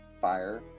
fire